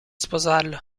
sposarlo